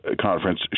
conference